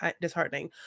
disheartening